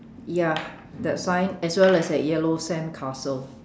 ya that sign as well as that yellow sandcastle